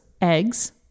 eggs